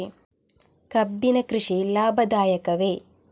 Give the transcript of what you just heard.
ಕಬ್ಬಿನ ಕೃಷಿ ಲಾಭದಾಯಕವೇ?